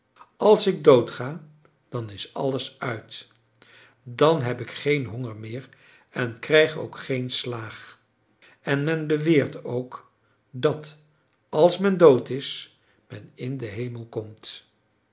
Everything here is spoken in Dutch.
als ik dood ga dan is alles uit dan heb ik geen honger meer en krijg ook geen slaag en men beweert ook dat als men dood is men in den hemel komt